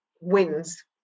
wins